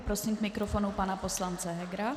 Prosím k mikrofonu pana poslance Hegera.